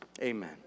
Amen